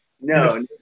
No